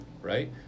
right